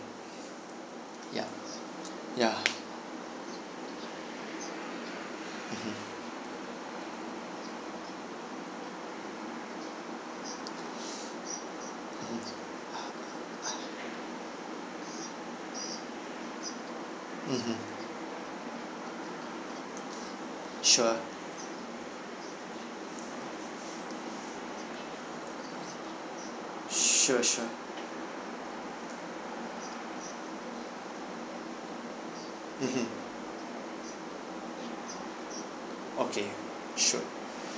ya ya mmhmm mmhmm mmhmm sure sure sure mmhmm okay sure